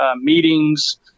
meetings